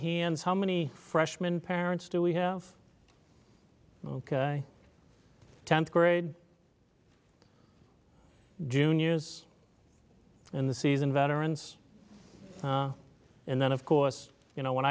hands how many freshman parents do we have ok tenth grade juniors in the seasoned veterans and then of course you know when